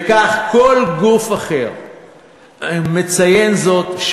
וכך כל גוף אחר מציין זאת,